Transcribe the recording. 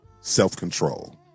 self-control